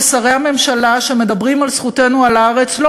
ששרי הממשלה שמדברים על זכותנו על הארץ לא